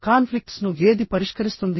conflicts ను ఏది పరిష్కరిస్తుంది